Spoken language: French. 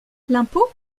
l’impôt